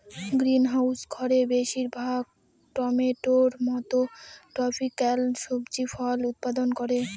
greenhouse ঘরে বেশির ভাগ টমেটোর মত ট্রপিকাল সবজি ফল উৎপাদন করে